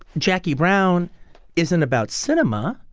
jackie brown isn't about cinema.